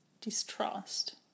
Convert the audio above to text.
Distrust